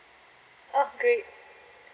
orh great